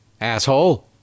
asshole